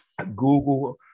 Google